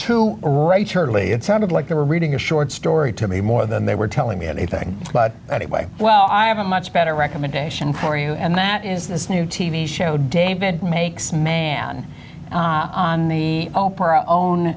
surely it sounded like they were reading a short story to me more than they were telling me anything but anyway well i have a much better recommendation for you and that is this new t v show david makes man on the oprah own